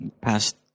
past